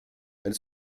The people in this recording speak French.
elle